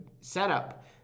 setup